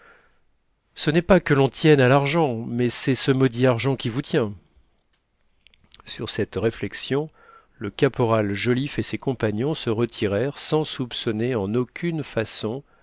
ce n'est pas que l'on tienne à l'argent mais c'est ce maudit argent qui vous tient sur cette réflexion le caporal joliffe et ses compagnons se retirèrent sans soupçonner en aucune façon